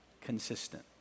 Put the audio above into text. consistent